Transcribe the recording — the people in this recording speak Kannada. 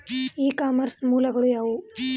ಇ ಕಾಮರ್ಸ್ ನ ಮೂಲಗಳು ಯಾವುವು?